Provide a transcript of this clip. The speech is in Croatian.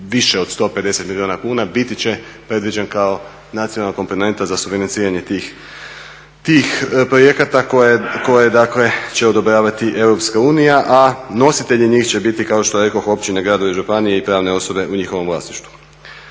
više od 150 milijuna kuna biti će predviđen kao nacionalna komponenta za sufinanciranje tih projekata koje dakle će odobravati EU. A nositelji njih će biti kao što rekoh općine, gradovi i županije i pravne osobe u njihovom vlasništvu.